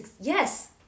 yes